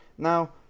Now